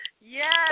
Yes